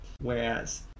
whereas